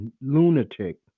lunatic